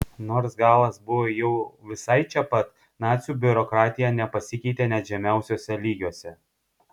nors galas buvo jau visai čia pat nacių biurokratija nepasikeitė net žemiausiuose lygiuose